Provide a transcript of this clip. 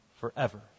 forever